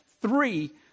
three